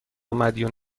مدیون